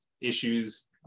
issues